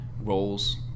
roles